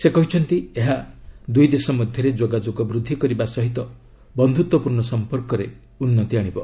ସେ କହିଛନ୍ତି ଏହା ଦୁଇ ଦେଶ ମଧ୍ୟରେ ଯୋଗାଯୋଗ ବୃଦ୍ଧି କରିବା ସହିତ ବନ୍ଧୁତ୍ୱପୂର୍ଣ୍ଣ ସମ୍ପର୍କରେ ଉନ୍ନତି ଆଣିବ